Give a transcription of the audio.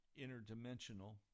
interdimensional